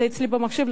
זה אצלי במחשב,